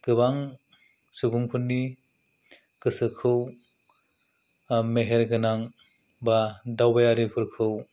गोबां सुबुंफोरनि गोसोखौ मेहेरगोनां बा दावबायारिफोरखौ